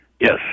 Yes